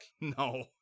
No